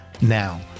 Now